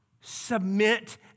Submit